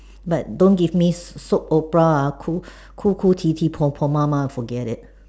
but don't give me soap opera ah 哭哭哭啼啼婆婆妈妈 forget it